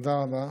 תודה רבה.